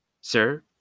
Sir